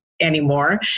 anymore